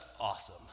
awesome